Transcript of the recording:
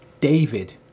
David